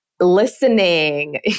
listening